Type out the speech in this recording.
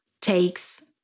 takes